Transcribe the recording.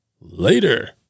later